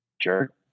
jerk